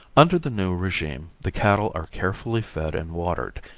under the new regime the cattle are carefully fed and watered,